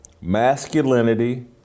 masculinity